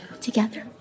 together